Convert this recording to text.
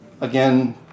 Again